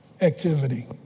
activity